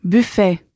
Buffet